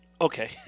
Okay